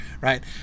right